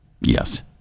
Yes